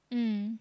mm